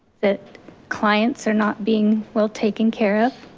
that clients are not being well taken care of,